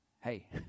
hey